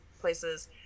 places